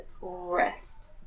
rest